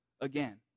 again